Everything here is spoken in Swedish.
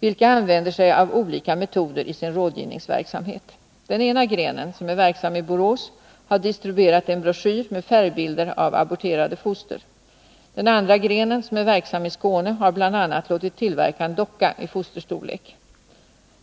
vilka använder sig av olika metoder i sin rådgivningsverksamhet. Den ena grenen, som är verksam i Borås, har distribuerat en broschyr med färgbilder av aborterade foster. Den andra grenen, som är verksam i Skåne, har bl.a. låtit tillverka en docka i fosterstorlek.